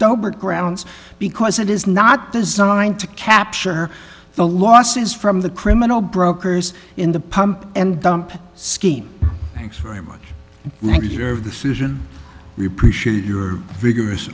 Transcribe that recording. dobler grounds because it is not designed to capture the losses from the criminal brokers in the pump and dump scheme thanks very much like your decision we appreciate your vigorous